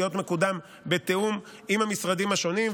ימשיך להיות מקודם בתיאום עם המשרדים השונים.